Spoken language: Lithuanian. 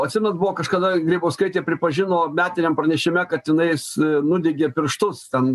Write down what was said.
atsimenat buvo kažkada grybauskaitė pripažino metiniam pranešime kad jinais nudegė pirštus ten